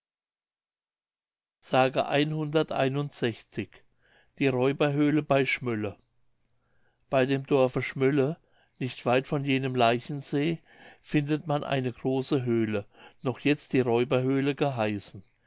mündlich die räuberhöhle bei schmölle bei dem dorfe schmölle nicht weit von jenem leichensee findet man eine große höhle noch jetzt die räuberhöhle geheißen